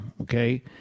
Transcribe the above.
okay